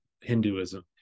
Hinduism